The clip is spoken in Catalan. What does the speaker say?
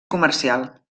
comercial